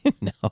No